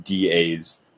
DAs